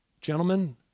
gentlemen